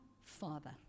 Father